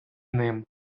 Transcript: ним